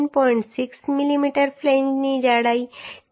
6 mm ફ્લેંજની જાડાઈ છે